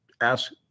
ask